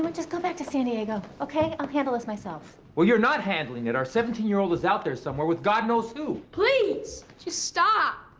just go back to san diego, okay? i'll handle this myself. well, you're not handling it. our seventeen year old is out there somewhere with god knows who. please, just stop!